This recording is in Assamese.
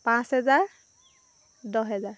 পাঁচ হেজাৰ দহ হেজাৰ